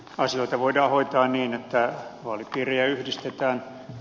asioita voidaan hoitaa niin että vaalipiirejä yhdistetään